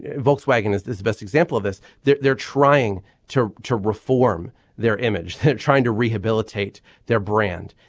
volkswagen is this the best example of this. they're they're trying to to reform their image trying to rehabilitate their brand.